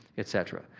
et cetera.